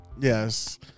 Yes